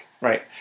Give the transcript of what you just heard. Right